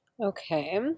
Okay